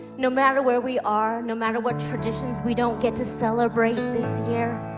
no matter where we are, no matter what traditions we don't get to celebrate this year